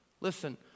listen